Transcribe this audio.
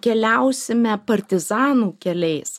keliausime partizanų keliais